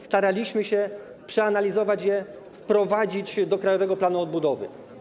Staraliśmy się je przeanalizować, wprowadzić do Krajowego Planu Odbudowy.